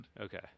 Okay